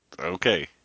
okay